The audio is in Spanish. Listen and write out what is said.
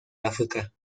áfrica